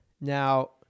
Now